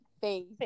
Face